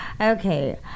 Okay